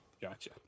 Gotcha